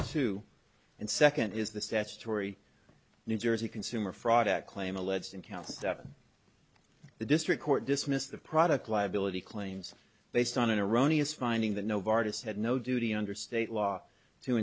two and second is the statutory new jersey consumer fraud a claim alleged encounters that the district court dismissed the product liability claims based on iranians finding that no vargas had no duty under state law to